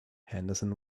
henderson